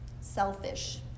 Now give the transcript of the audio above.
selfish